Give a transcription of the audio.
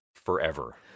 Forever